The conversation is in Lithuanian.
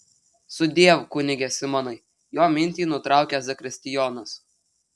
sudiev kunige simonai jo mintį nutraukia zakristijonas